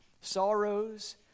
sorrows